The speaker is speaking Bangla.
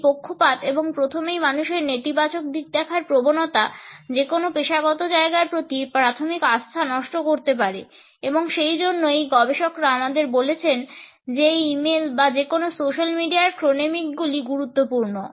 এই পক্ষপাত এবং প্রথমেই মানুষের নেতিবাচক দিক দেখার প্রবণতা যেকোনো পেশাগত জায়গার প্রতি প্রাথমিক আস্থা নষ্ট করতে পারে এবং সেইজন্য এই গবেষকেরা আমাদের বলছেন যে ই মেইল বা যেকোনো সোশ্যাল মিডিয়ায় ক্রোনমিকগুলি গুরুত্বপূর্ণ